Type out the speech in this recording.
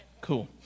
Cool